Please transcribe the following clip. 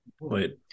Wait